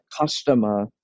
customer